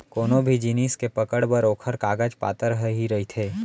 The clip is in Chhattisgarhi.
कोनो भी जिनिस के पकड़ बर ओखर कागज पातर ह ही रहिथे